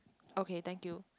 okay thank you